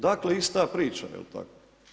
Dakle ista priča je li tako?